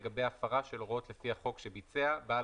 לגבי הפרה של הוראות לפי החוק שביצע בעל